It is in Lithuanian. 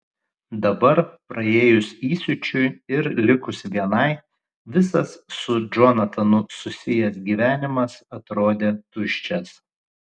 dabar praėjus įsiūčiui ir likus vienai visas su džonatanu susijęs gyvenimas atrodė tuščias